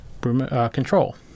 control